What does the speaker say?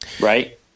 right